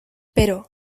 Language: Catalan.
però